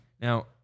now